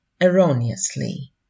erroneously